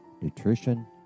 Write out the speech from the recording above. nutrition